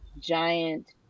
giant